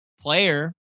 player